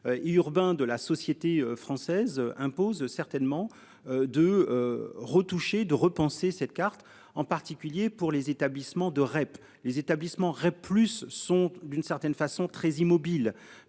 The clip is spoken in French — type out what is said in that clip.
urbain de la société française impose certainement de retoucher de repenser cette carte en particulier pour les établissements de REP. Les établissements href plus sont d'une certaine façon très immobile,